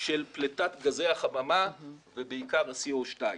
של פליטת גזי החממה ובעיקר ה-Co2.